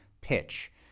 pitch